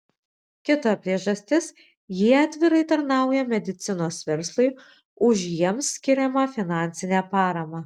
kita priežastis jie atvirai tarnauja medicinos verslui už jiems skiriamą finansinę paramą